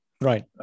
Right